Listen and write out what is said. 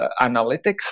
analytics